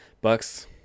bucks